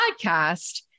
podcast